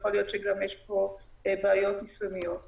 ויכול להיות שיש פה גם בעיות יישומיות.